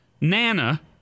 Nana